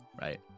Right